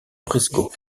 brisgau